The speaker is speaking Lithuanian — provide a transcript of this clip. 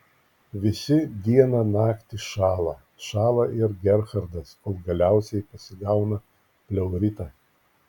visi dieną naktį šąla šąla ir gerhardas kol galiausiai pasigauna pleuritą